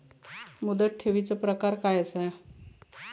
मुदत ठेवीचो प्रकार काय असा?